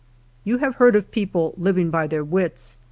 you have heard of people living by their wits.